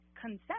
consent